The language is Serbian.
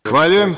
Zahvaljujem.